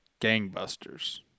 gangbusters